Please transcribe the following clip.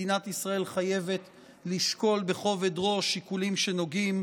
מדינת ישראל חייבת לשקול בכובד ראש שיקולים שנוגעים